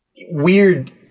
weird